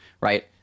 right